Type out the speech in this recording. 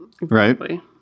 Right